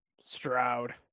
Stroud